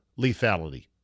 lethality